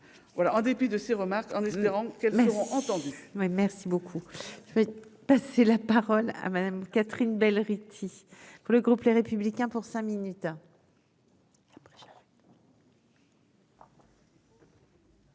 voilà, en dépit de ces remarques en espérant. Que même entendu oui, merci beaucoup, je vais passer la parole à Madame Catherine Bell Rithy que le groupe les Républicains pour cinq minutes.